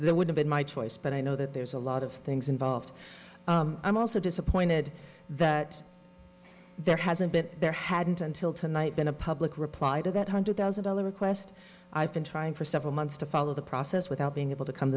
there would have been my choice but i know that there's a lot of things involved i'm also disappointed that there hasn't been there hadn't until tonight been a public reply to that hundred thousand dollar request i've been trying for several months to follow the process without being able to come